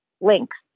links